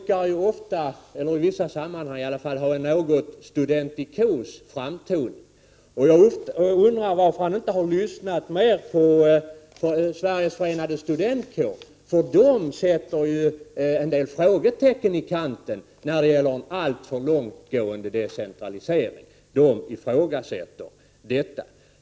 Lars Leijonborg brukar i vissa sammanhang ha en något studentikos framtoning. Jag undrar varför han inte har lyssnat mer på Sveriges förenade studentkårer. De sätter ju en del frågetecken i kanten när det gäller en alltför långtgående decentralisering.